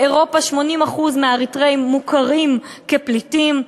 באירופה 80% מהאריתריאים מוכרים כפליטים.